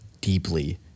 deeply